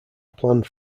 planned